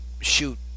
shoot